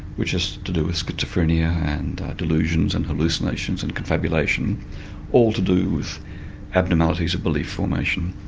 which has to do with schizophrenia and delusions and hallucinations and confabulation all to do with abnormalities of belief formation.